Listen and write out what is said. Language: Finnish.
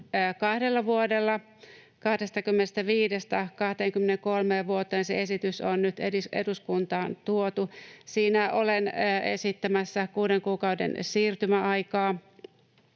kahdella vuodella 25:stä 23 vuoteen, se esitys on nyt eduskuntaan tuotu. Siinä olen esittämässä kuuden kuukauden siirtymäaikaa.